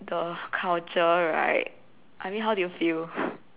the culture right I mean how do you feel